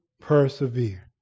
persevere